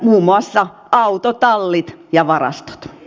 muun muassa autotallit ja varastot